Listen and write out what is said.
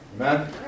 Amen